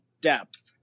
depth